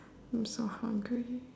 I'm so hungry